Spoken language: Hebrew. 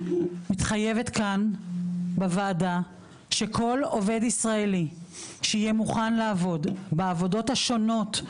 מתחייבת כאן בוועדה שכל עובד ישראלי שיהיה מוכן לעבוד בעבודות השונות,